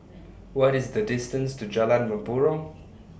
What IS The distance to Jalan Mempurong